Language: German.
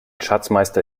schatzmeister